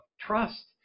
trust